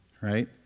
right